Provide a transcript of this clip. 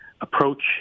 approach